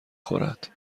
خورد